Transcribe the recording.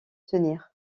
tenir